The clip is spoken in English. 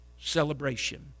celebration